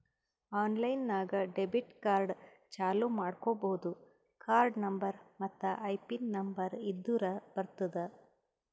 online ನಾಗ್ debit card ಚಾಲೂ ಮಾಡ್ಕೋಬೋದು ಕಾರ್ಡ ನಂಬರ್ ಮತ್ತ್ ಐಪಿನ್ ನಂಬರ್ ಇದ್ದುರ್ ಬರ್ತುದ್